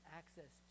access